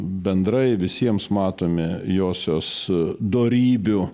bendrai visiems matomi josios dorybių